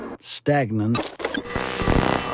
stagnant